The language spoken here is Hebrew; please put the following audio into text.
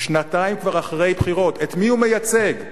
שנתיים כבר אחרי בחירות, את מי הוא מייצג?